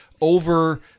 over